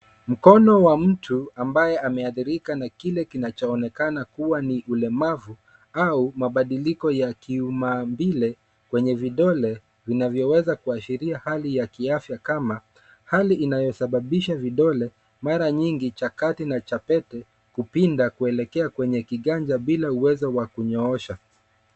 Mkono wa mtu ambaye ameathirika na kile kinachoonekana kuwa ni ulemavu au mabadilko ya kimaumbile kwenye vidole vinavyoweza kuashiria hali ya kiafya kama hali inayosababisha vidole, mara nyingi cha kati na cha pete kupinda kuelekea kwenye kiganja bila uwezo wa kunyoosha.